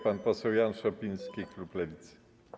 Pan poseł Jan Szopiński, klub Lewicy.